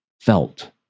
felt